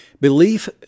Belief